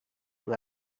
who